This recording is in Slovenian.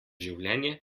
življenje